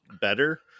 better